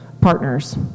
partners